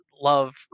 love